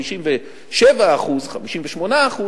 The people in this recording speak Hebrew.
57% 58%,